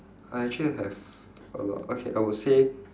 I actually have a lot okay I would say